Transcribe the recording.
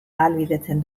ahalbidetzen